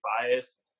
biased